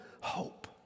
hope